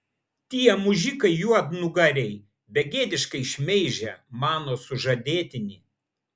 tie mužikai juodnugariai begėdiškai šmeižia mano sužadėtinį